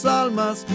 almas